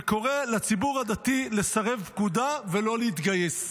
וקורא לציבור הדתי לסרב פקודה ולא להתגייס.